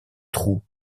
trous